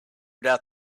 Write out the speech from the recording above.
doubt